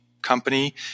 company